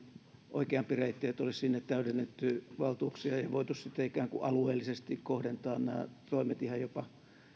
oikeampi reitti että olisi sinne täydennetty valtuuksia ja voitu sitten alueellisesti kohdentaa nämä toimet ihan jopa